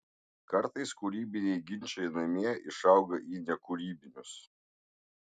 kartais kūrybiniai ginčai namie išauga į nekūrybinius